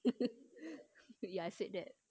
ya I said that